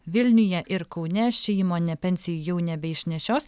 vilniuje ir kaune ši įmonė pensijų jau nebeišnešios